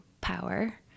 power